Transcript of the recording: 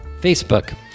Facebook